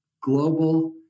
global